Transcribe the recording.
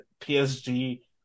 PSG